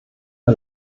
der